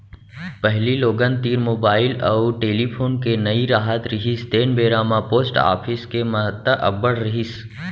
पहिली लोगन तीर मुबाइल अउ टेलीफोन के नइ राहत रिहिस तेन बेरा म पोस्ट ऑफिस के महत्ता अब्बड़ रिहिस